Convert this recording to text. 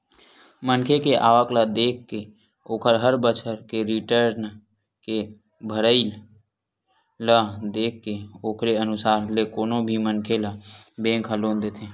मनखे के आवक ल देखके ओखर हर बछर के रिर्टन के भरई ल देखके ओखरे अनुसार ले कोनो भी मनखे ल बेंक ह लोन देथे